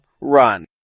run